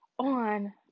on